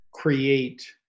Create